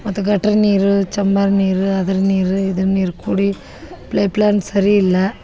ಮತ್ತು ಗಟ್ರ ನೀರು ಚಂಬರ್ ನೀರು ಅದ್ರ ನೀರು ಇದ್ರ ನೀರು ಕುಡಿ ಪ್ಲೆಪ್ಲೇನ್ ಸರಿ ಇಲ್ಲ